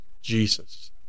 jesus